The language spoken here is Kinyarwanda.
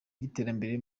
y’iterambere